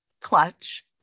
clutch